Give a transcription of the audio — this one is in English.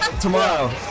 tomorrow